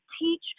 teach